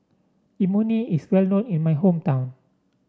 Imoni is well known in my hometown